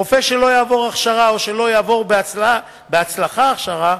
רופא שלא יעבור הכשרה או שלא יעבור בהצלחה הכשרה,